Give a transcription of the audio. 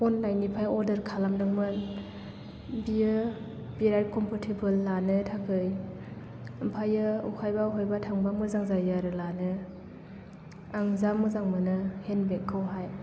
online निफ्राय order खालामदोंमोन बेयो बिराद कम्फ'रटेबोल लानो थाखाय ओमफ्राय बबेहायबा बबेहायबा थांबा मोजां जायो आरो लानो आं जा मोजां मोनो हेन्द बेग खौहाय